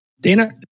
Dana